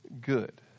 good